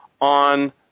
on